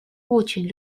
очень